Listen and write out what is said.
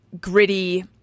gritty